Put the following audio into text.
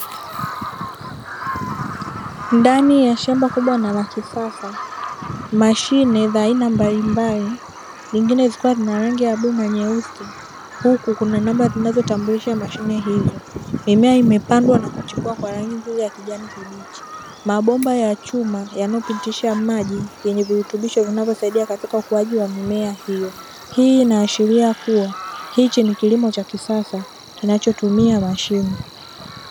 Ndani ya shamba kubwa na la kisasa, mashine za aina mbalimbali nyingine zikiwa na rangi ya bluu na nyeusi, huku kuna namba zinazotambulisha mashine hizo. Mimea imepandwa na kuchipua kwa rangi nzuri ya kijani kibichi. Mabomba ya chuma yanaopitisha maji yenye virutubisho vinavyosaidia katika ukuaji wa mimea hiyo. Hii inaashiria kuwa, hichi ni kilimo cha kisasa kinachotumia mashine.